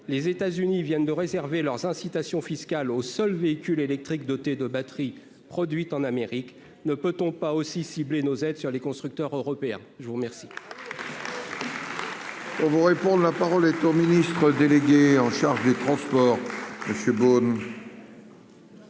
les États-Unis viennent de réserver leurs incitations fiscales aux seuls véhicules électriques dotés de batteries produites en Amérique ne peut-on pas aussi cibler nos aides sur les constructeurs européens, je vous remercie. On vous répond : la parole est au ministre délégué en charge des transports Monsieur